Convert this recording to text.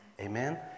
Amen